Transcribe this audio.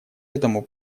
этому